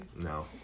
No